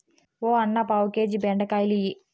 ఓ అన్నా, పావు కేజీ బెండకాయలియ్యి